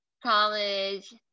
college